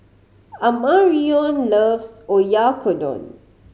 Amarion loves Oyakodon